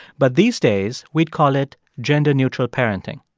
but these days, we'd call it gender-neutral parenting.